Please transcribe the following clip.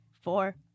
four